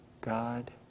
God